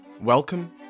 Welcome